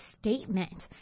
statement